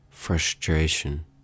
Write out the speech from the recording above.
frustration